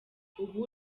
ubu